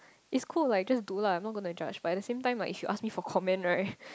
is cool like just do lah not gonna judge but at the same time if she ask me for comment right